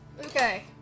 Okay